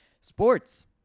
Sports